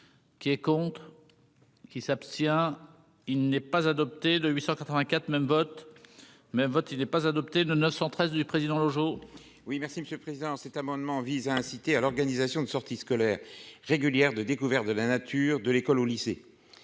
qui est contre. Qui s'abstient, il n'est pas adopté de 884 même botte mais vote il n'est pas adopté de 913 du président le jour. Oui, merci Monsieur le Président, cet amendement vise à inciter à l'organisation de sorties scolaires régulière de découverte de la nature de l'école, au lycée,